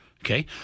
okay